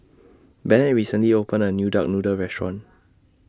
Bennett recently opened A New Duck Noodle Restaurant